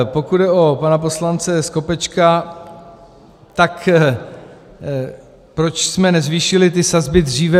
Pokud jde o pana poslance Skopečka, tak proč jsme nezvýšili ty sazby dříve.